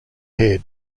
head